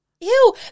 Ew